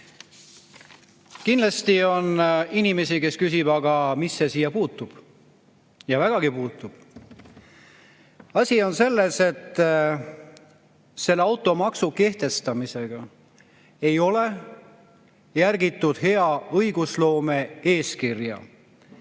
Kindlasti on inimesi, kes küsivad, aga mis see siia puutub. Vägagi puutub! Asi on selles, et automaksu kehtestamisel ei ole järgitud hea õigusloome eeskirja,